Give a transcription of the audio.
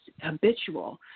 habitual